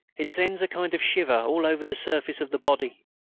it sends a kind of shiver all over the surface of the body.